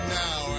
now